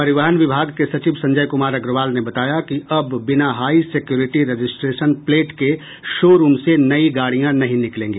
परिवहन विभाग के सचिव संजय कुमार अग्रवाल ने बताया कि अब बिना हाई सिक्योरिटी रजिस्ट्रेशन प्लेट के शो रूम से नई गाड़िया नहीं निकलेगी